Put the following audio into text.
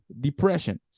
depression